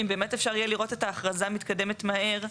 האם באמת אפשר יהיה לראות את האכרזה מתקדמת מהר.